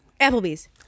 Applebee's